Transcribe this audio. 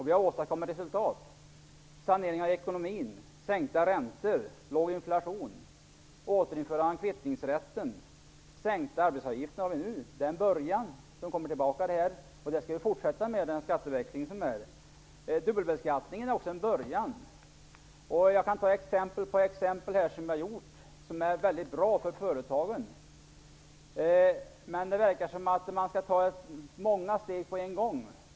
Vi har åstadkommit resultat: sanering av ekonomin, sänkta räntor, låg inflation och återinförande av kvittningsrätten. Sänkta arbetsgivaravgifter är nu en början som vi kommer tillbaka till. Den skatteväxlingen skall vi fortsätta med. Dubbelbeskattningen är också en början. Jag kan ta exempel på exempel på saker som vi har gjort som är bra för företagen. Men det verkar som att man vill ta många steg på en gång.